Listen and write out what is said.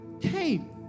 came